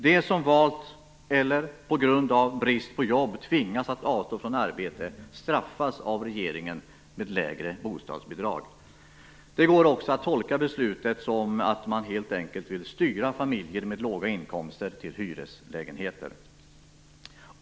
De som valt eller på grund av brist på jobb tvingas att avstå från arbete straffas av regeringen med lägre bostadsbidrag. Det går också att tolka beslutet som att man helt enkelt vill styra familjer med låga inkomster till hyreslägenheter.